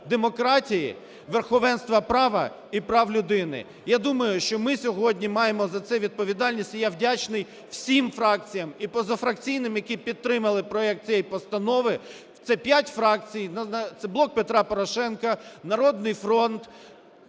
демократії, верховенства права і прав людини. Я думаю, що ми сьогодні маємо за це відповідальність, і я вдячний всім фракціям і позафракційним, які підтримали проект цієї постанови. Це п'ять фракцій. Це "Блок Петра Порошенка", "Народний фронт",